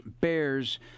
bears